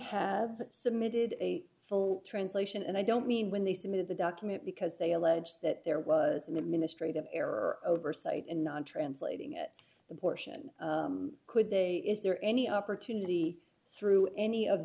have submitted a full translation and i don't mean when they submitted the document because they allege that there was an administrative error oversight in on translating at the portion could they is there any opportunity through any of